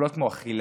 פעולות כמו אכילה,